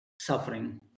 suffering